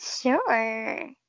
sure